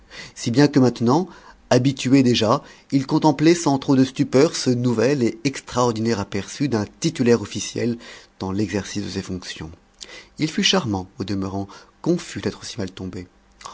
si bien que maintenant habitué déjà il contemplait sans trop de stupeur ce nouvel et extraordinaire aperçu d'un titulaire officiel dans l'exercice de ses fonctions il fut charmant au demeurant confus d'être si mal tombé